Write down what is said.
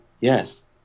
Yes